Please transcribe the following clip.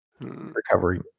Recovery